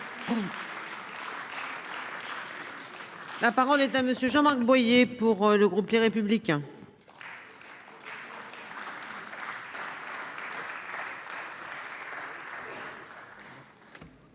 La parole est à monsieur Jean-Marc Boyer pour le groupe Les Républicains.